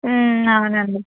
అవునండి